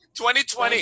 2020